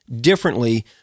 differently